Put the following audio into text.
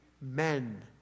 men